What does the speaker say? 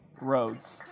roads